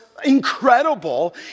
incredible